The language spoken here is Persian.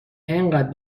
انقدر